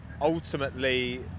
ultimately